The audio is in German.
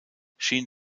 schien